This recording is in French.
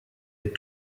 est